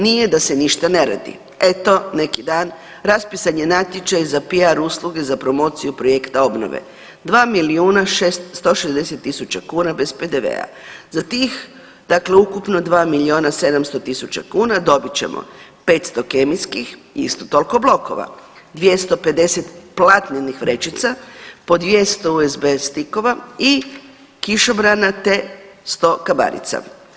Nije da se ništa ne radi, eto neki dan raspisan je natječaj za piar usluge za promociju projekta obnove, 2 milijuna 160 tisuća kuna bez PDV-a, za tih, dakle ukupno 2 milijuna 700 tisuća kuna dobit ćemo 500 kemijskih i isto tolko blokova, 250 platnenih vrećica, po 200 USB stikova i kišobrana, te 100 kabanica.